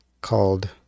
called